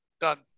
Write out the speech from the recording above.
done